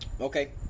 Okay